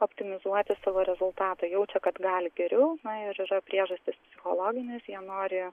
optimizuoti savo rezultatą jaučia kad gali geriau ir yra priežastys psichologinės jie nori